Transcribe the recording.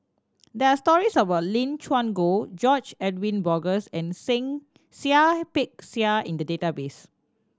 there are stories about Lim Chuan Poh George Edwin Bogaars and Seah Peck Seah in the database